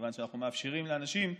מכיוון שאנחנו מאפשרים לאנשים,